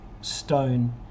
stone